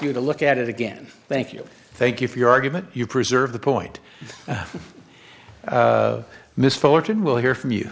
you to look at it again thank you thank you for your argument you preserve the point misfortune we'll hear from you